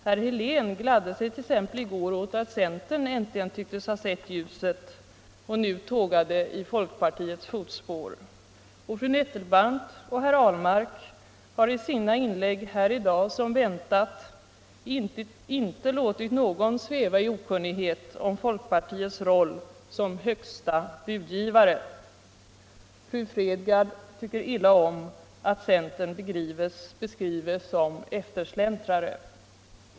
Herr Helén gladde sig t.ex. i går åt att centern äntligen tycktes ha sett ljuset och nu tågade i folkpartiets fotspår. Och fru Nettelbrandt och herr Ahlmark har i sina inlägg här i dag som väntat inte låtit någon sväva i okunnighet om folkpartiets roll som högsta budgivare. Fru Fredgardh tycker illa om att centern beskrives som eftersläntrare.